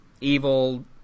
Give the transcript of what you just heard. evil